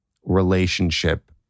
relationship